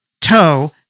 Toe